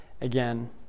again